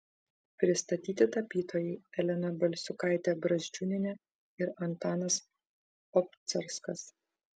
pristatyti tapytojai elena balsiukaitė brazdžiūnienė ir antanas obcarskas